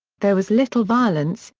there was little violence,